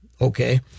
okay